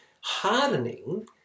hardening